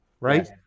right